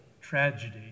tragedy